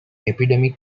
epidemic